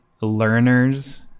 learners